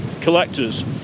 collectors